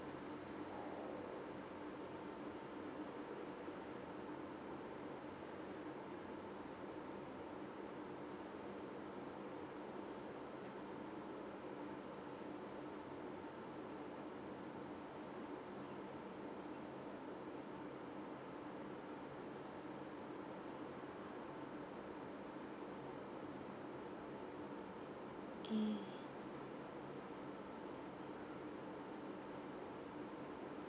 mm